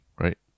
right